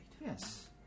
Yes